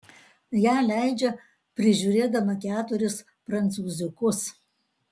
ją leidžia prižiūrėdama keturis prancūziukus